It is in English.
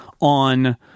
on